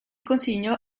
consiglio